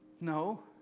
No